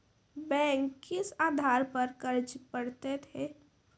Bank किस आधार पर कर्ज पड़तैत हैं?